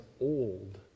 old